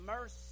mercy